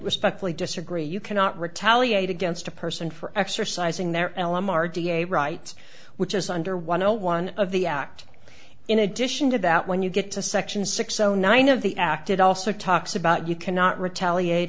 respectfully disagree you cannot retaliate against a person for exercising their l m r d a right which is under one o one of the act in addition to that when you get to section six zero nine of the act it also talks about you cannot retaliate